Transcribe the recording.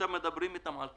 ועכשיו מדברים איתם על קיצוץ,